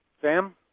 Sam